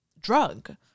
drug